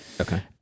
Okay